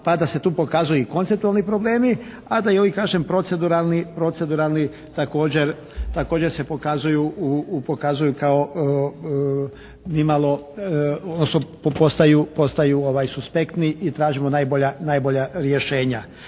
pa da se tu pokazuju i konceptualni problemi, a da i ovi kažem proceduralni također se pokazuju kao ni malo, postaju suspektni i tražimo najbolja rješenja.